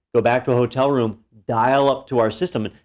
go back to a hotel room, dial up to our system.